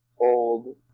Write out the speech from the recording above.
old